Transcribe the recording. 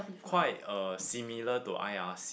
quite uh similar to I_R_C